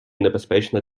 небезпечно